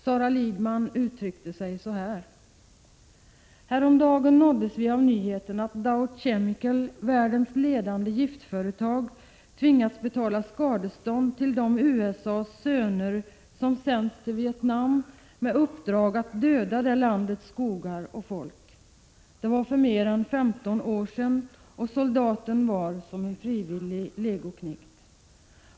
Sara Lidman uttryckte sig så här: ”Häromdagen nåddes vi av nyheten att Dow Chemical, världens ledande giftföretag, tvingats betala skadestånd till de USA:s söner som sänts till Vietnam med uppdrag att döda det landets skogar och folk. Det var för mer än femton år sen och soldaten var som en frivillig legoknekt.